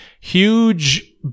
huge